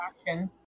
action